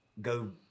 go